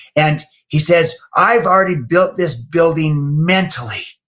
and he says, i've already built this building mentally.